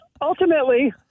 ultimately